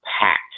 packed